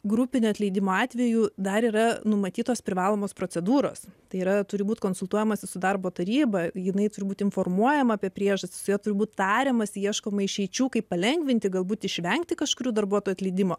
grupinio atleidimo atveju dar yra numatytos privalomos procedūros tai yra turi būti konsultuojamasi su darbo taryba jinai turi būti informuojama apie priežastis jie turi būti tariamasi ieškoma išeičių kaip palengvinti galbūt išvengti kažkurių darbuotojų atleidimo